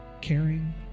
Caring